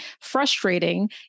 frustrating